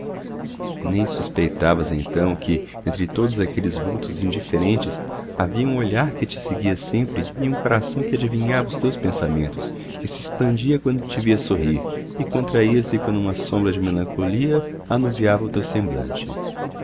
nem suspeitavas então que entre todos aqueles vultos indiferentes havia um olhar que te seguia sempre e um coração que adivinhava os teus pensamentos que se expandia quando te via sorrir e contraía se quando uma sombra de melancolia anuviava o teu semblante